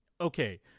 okay